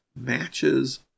matches